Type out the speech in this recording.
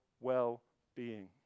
well-being